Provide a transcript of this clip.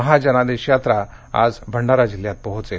महाजनादेश यात्रा आज भंडारा जिल्ह्यात पोहोचेल